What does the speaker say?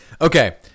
Okay